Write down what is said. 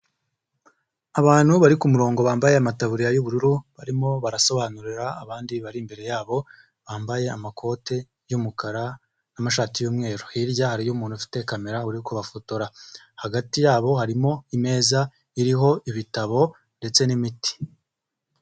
Abantu bari ku murongo bambaye amataburiya y'ubururu barimo barasobanurira abandi bari imbere yabo, bambaye amakoti y,umukara n'amashati y'umweru, hirya hariyo umuntu ufite kamera uri kubafotora, hagati yabo harimo imeza iriho ibitabo ndetse n'imiti.